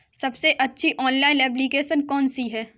सबसे अच्छी online application कौन सी है?